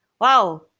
wow